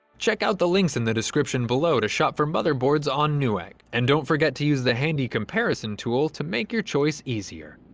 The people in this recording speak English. check out the links in the description below to shop for motherboards on newegg, and don't forget to use the handy comparison tool to make your choice easier.